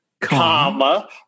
comma